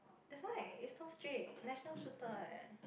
that's why it's so strict national shooter eh